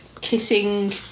kissing